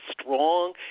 strong